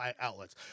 outlets